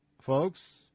Folks